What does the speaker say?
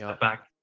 back